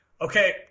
okay